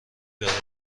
برای